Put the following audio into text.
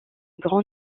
grand